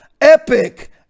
Epic